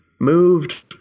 moved